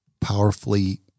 powerfully